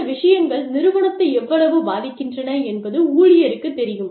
இந்த விஷயங்கள் நிறுவனத்தை எவ்வளவு பாதிக்கின்றன என்பது ஊழியருக்குத் தெரியும்